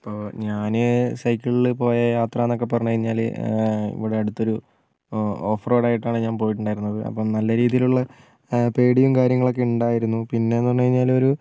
ഇപ്പോൾ ഞാൻ സൈക്കിള് പോയ യാത്രാന്നൊക്കെ പറഞ്ഞു കഴിഞ്ഞാൽ ഇവിടെ അടുത്തൊരു ഓഫ് റോഡ് ആയിട്ടാണ് ഞാൻ പോയിട്ടുണ്ടായിരുന്നത് അപ്പോൾ നല്ല രീതിയിലുള്ള പേടിയും കര്യങ്ങളൊക്കെ ഉണ്ടായിരുന്നു പിന്നെന്നു പറഞ്ഞു കഴിഞ്ഞാൽ ഒരു